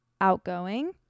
outgoing